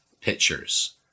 pictures